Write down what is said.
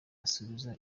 isubiza